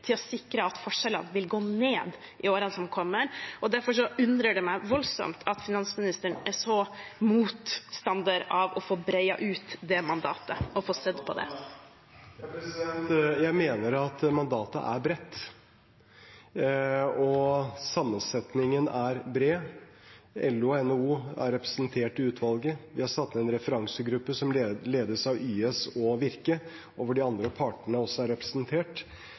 til å sikre at forskjellene vil gå ned i årene som kommer. Derfor undrer det meg voldsomt at finansministeren er motstander av å gjøre det mandatet bredere. Jeg mener at mandatet er bredt. Sammensetningen er bred. LO og NHO er representert i utvalget. Vi har satt ned en referansegruppe som ledes av YS og Virke, og hvor de andre partene er representert.